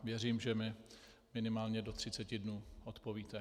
Věřím, že mi minimálně do 30 dnů odpovíte.